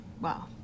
Wow